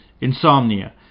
Insomnia